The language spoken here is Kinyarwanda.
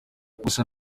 gusa